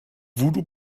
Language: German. voodoo